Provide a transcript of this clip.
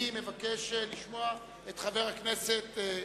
אני מבקש לשמוע את חבר הכנסת שטרית.